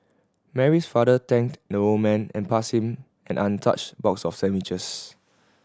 Mary's father thanked the old man and passed him an untouched box of sandwiches